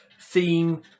theme